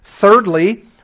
Thirdly